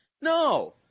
No